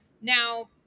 Now